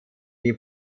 die